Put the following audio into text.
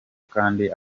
akandi